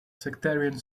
sectarian